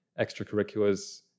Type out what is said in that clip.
extracurriculars